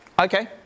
Okay